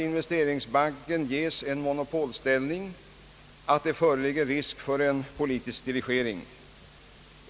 Investeringsbanken ges en »monopolstälining» och risker föreligger för en »politisk dirigering».